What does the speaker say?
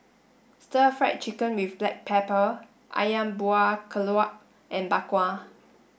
stir fry chicken with black pepper Ayam Buah Keluak and Bak Kwa